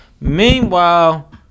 Meanwhile